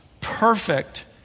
perfect